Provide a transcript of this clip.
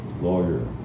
lawyer